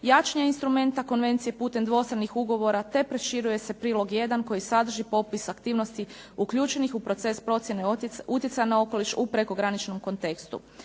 jačanju instrumenta konvencije putem dvostranih ugovora, te proširuje se prilog jedan koji sadrži popis aktivnosti uključenih u proces procjene utjecaja na okoliš u prekograničnom kontekstu.